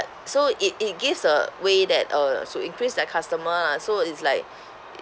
so it it gives a way that uh to increase their customer lah so it's like